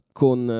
con